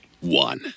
One